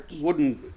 wooden